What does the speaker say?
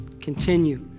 continue